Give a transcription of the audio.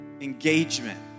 engagement